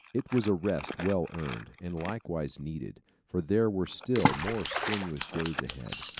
it was a rest well earned, and likewise needed, for there were still more strenuous days ahead.